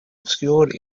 obscured